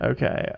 Okay